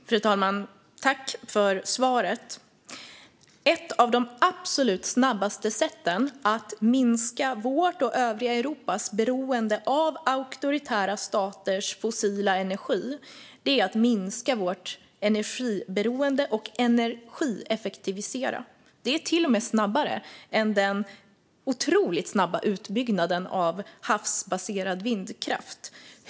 Fru talman! Tack, statsministern, för svaret! Ett av de absolut snabbaste sätten att minska vårt och övriga Europas beroende av auktoritära staters fossila energi är att minska vårt energiberoende och att energieffektivisera. Det är till och med snabbare än den otroligt snabba utbyggnaden av havsbaserad vindkraft.